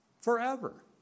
forever